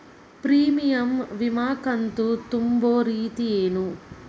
Premium ವಿಮಾ ಕಂತು ತುಂಬೋ ರೇತಿ ಏನು?